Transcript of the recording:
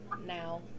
now